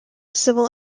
civil